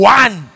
one